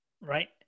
Right